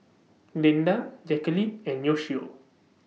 Glinda Jacalyn and Yoshio